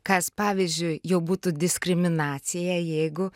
kas pavyzdžiui jau būtų diskriminacija jeigu